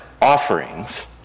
offerings